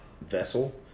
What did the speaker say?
vessel